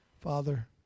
Father